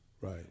Right